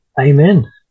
Amen